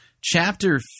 chapter